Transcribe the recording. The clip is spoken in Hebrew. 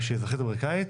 שהיא אזרחית אמריקאית,